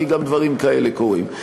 כי גם דברים כאלה קורים.